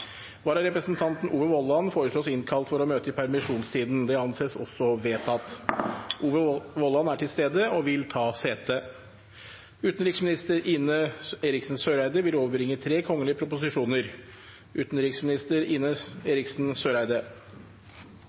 Vararepresentanten, Ove Vollan , foreslås innkalt for å møte i permisjonstiden. – Det anses også vedtatt. Ove Vollan er til stede og vil ta sete. Representanten Sheida Sangtarash vil